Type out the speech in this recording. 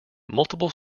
multiple